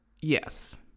Yes